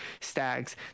stags